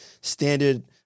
standard